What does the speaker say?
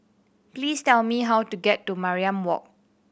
please tell me how to get to Mariam Walk